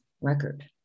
record